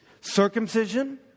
Circumcision